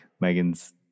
Megan's